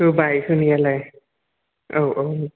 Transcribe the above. होबाय होनायालाय औ औ